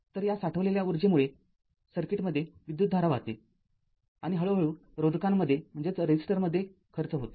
तर या साठवलेल्या ऊर्जेमुळे सर्किटमध्ये विद्युतधारा वाहते आणि हळूहळू रोधकामध्ये खर्च होते